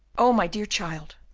oh, my dear child,